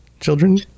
children